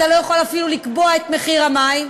אתה לא יכול אפילו לקבוע את מחיר המים,